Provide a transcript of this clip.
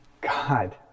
God